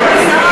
אמון,